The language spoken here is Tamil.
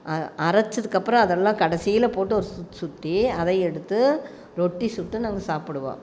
அரைச்சதுக்கு அப்புறம் அதெல்லாம் கடைசியில் போட்டு ஒரு சுற்று சுற்றி அதை எடுத்து ரொட்டி சுட்டு நாங்கள் சாப்பிடுவோம்